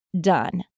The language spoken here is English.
done